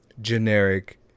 generic